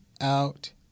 out